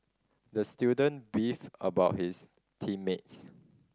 the student beefed about his team mates